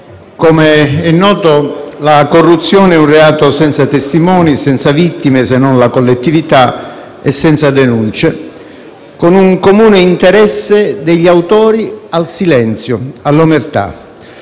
come è noto, la corruzione è un reato senza testimoni, senza vittime, se non la collettività, e senza denunce, con un comune interesse degli autori al silenzio e all'omertà.